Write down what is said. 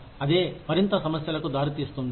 అదే మరింత సమస్యలకు దారితీస్తుంది